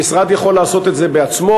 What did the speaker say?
המשרד יכול לעשות את זה בעצמו,